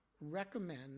recommend